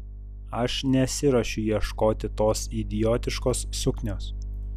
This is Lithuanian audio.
aš nesiruošiu ieškoti tos idiotiškos suknios